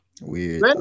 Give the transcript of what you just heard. Weird